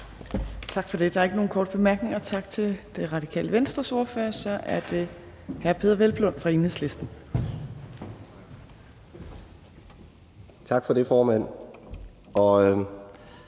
Torp): Der er ikke nogen korte bemærkninger. Tak til Radikale Venstres ordfører. Så er det hr. Peder Hvelplund fra Enhedslisten. Kl. 14:16 (Ordfører)